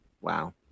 Wow